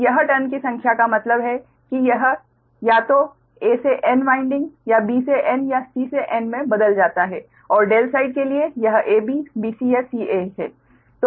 तो यह टर्न की संख्या का मतलब है कि यह या तो A से N वाइन्डिंग या B से N या C से N में बदल जाता है और ∆ साइड के लिए यह AB BC या CA है